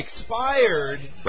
expired